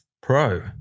Pro